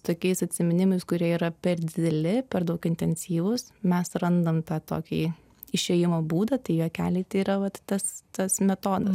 tokiais atsiminimais kurie yra per dideli per daug intensyvūs mes randam tą tokį išėjimo būdą tai juokeliai tai yra vat tas tas metodas